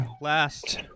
last